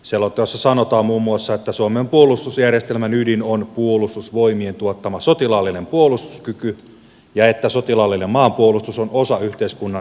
selonteossa sanotaan muun muassa että suomen puolustusjärjestelmän ydin on puolustusvoimien tuottama sotilaallinen puolustuskyky ja että sotilaallinen maanpuolustus on osa yhteiskunnan kokonaisturvallisuutta